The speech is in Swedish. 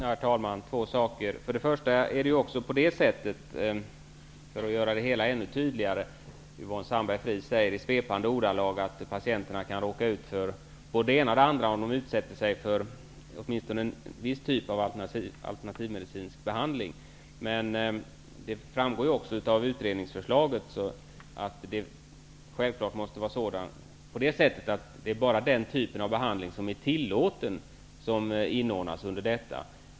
Herr talman! Yvonne Sandberg-Fries säger i svepande ordalag att patienterna kan råka ut för både det ena och det andra, om de utsätter sig för vissa typer av alternativmedicinsk behandling. Det framgår av utredningens förslag att det självfallet måste vara så att bara den typ av behandling som är tillåten får inordnas under detta.